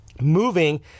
moving